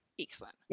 Excellent